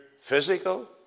physical